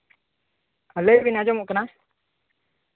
ᱞᱟᱹᱭ ᱵᱤᱱ ᱟᱸᱡᱚᱢᱚᱜ ᱠᱟᱱᱟ